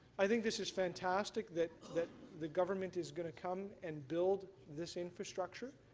i think this is fantastic that that the government is going to come and build this infrastructure.